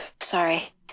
sorry